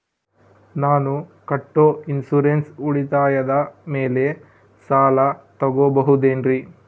ನಾನು ಕಟ್ಟೊ ಇನ್ಸೂರೆನ್ಸ್ ಉಳಿತಾಯದ ಮೇಲೆ ಸಾಲ ತಗೋಬಹುದೇನ್ರಿ?